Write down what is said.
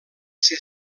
ser